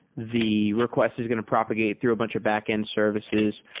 the request is going to propagate through a bunch of backend services.